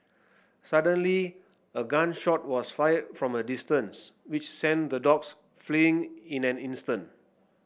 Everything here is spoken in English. suddenly a gun shot was fired from a distance which sent the dogs fleeing in an instant